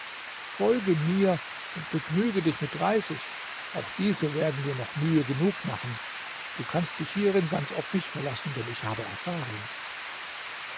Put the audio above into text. folge mir und begnüge dich mit dreißig auch diese werden dir noch mühe genug machen du kannst dich hierin ganz auf mich verlassen denn ich habe erfahrung